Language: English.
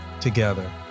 together